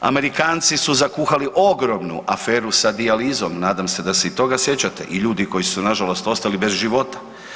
Amerikanci su zakuhali ogromnu aferu sa dijalizom, nadam se da se i toga sjećate i ljudi koji su nažalost ostali bez života.